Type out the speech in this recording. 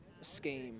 scheme